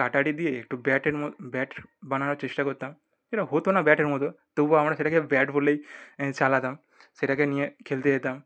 কাটারি দিয়ে একটু ব্যাটের মতো ব্যাট বানানোর চেষ্টা করতাম যেটা হতো না ব্যাটের মতো তবুও আমরা সেটাকে ব্যাট বলেই চালাতাম সেটাকে নিয়ে খেলতে যেতাম